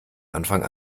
anfang